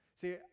See